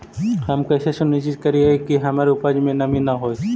हम कैसे सुनिश्चित करिअई कि हमर उपज में नमी न होय?